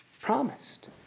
promised